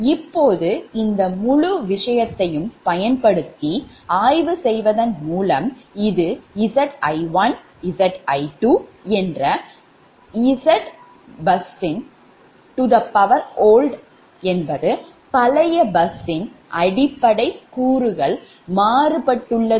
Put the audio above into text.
இப்போது இந்த முழு விஷயத்தையும் பயன்படுத்தி ஆய்வு செய்வதன் மூலம் இது Zi1 Zi2 என்ற ZBUSOLD பழைய bus யின் அடிப்படைக் கூறுகள் மாறுகிறது